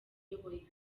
uyoboye